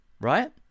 right